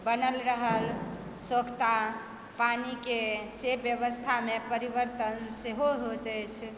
बनल रहल सोख्ता पानिके से व्यवस्थामे परिवर्तन सेहो होइत अछि